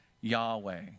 Yahweh